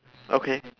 okay